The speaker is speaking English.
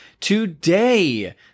Today